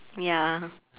ya